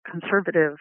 conservative